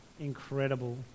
incredible